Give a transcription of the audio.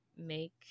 make